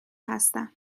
هستم